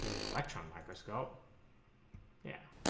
need electron microscope yeah